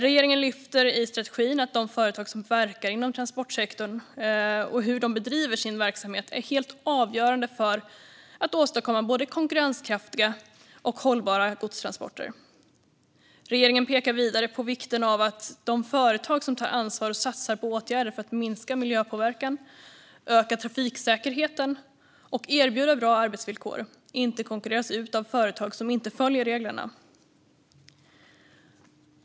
Regeringen lyfter i strategin att de företag som verkar inom transportsektorn och hur de bedriver sin verksamhet är helt avgörande för att åstadkomma både konkurrenskraftiga och hållbara godstransporter. Regeringen pekar vidare på vikten av att de företag som tar ansvar och satsar på åtgärder för att minska miljöpåverkan, öka trafiksäkerheten och erbjuda bra arbetsvillkor inte konkurreras ut av företag som inte följer reglerna.